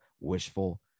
wishful